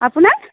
আপোনাৰ